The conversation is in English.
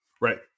Right